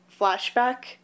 flashback